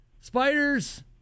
spiders